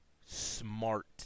smart